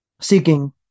seeking